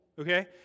okay